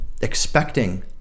expecting